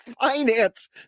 finance